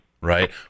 right